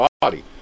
body